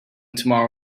tomorrow